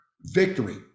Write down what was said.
victory